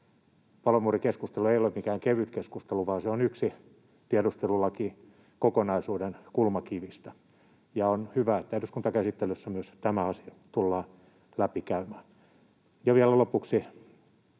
Palomuurikeskustelu ei ole mikään kevyt keskustelu, vaan se on yksi tiedustelulakikokonaisuuden kulmakivistä, ja on hyvä, että eduskuntakäsittelyssä myös tämä asia tullaan läpi käymään.